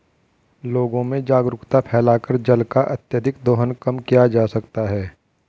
लोगों में जागरूकता फैलाकर जल का अत्यधिक दोहन कम किया जा सकता है